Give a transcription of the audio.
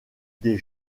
des